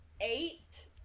eight